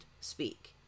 speak